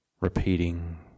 Repeating